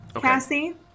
Cassie